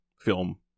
film